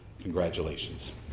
Congratulations